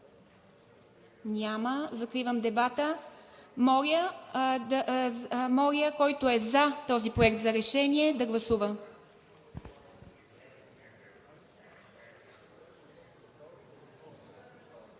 Няма. Закривам дебата. Моля, който е за този проект за решение, да гласува.